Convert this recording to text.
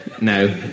no